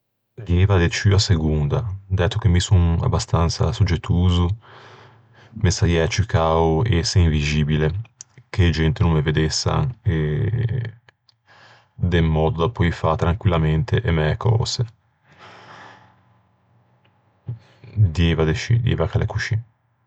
Dieiva de ciù a segonda. Dæto che mi son abastansa soggettoso me saiæ ciù cao ëse invixibile, de mòddo da poei fâ tranquillamente e mæ cöse. Dieiva de scì, dieiva ch'a l'é coscì.